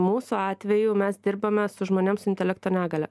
mūsų atveju mes dirbame su žmonėm su intelekto negalia